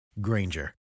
Granger